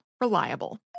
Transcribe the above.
Reliable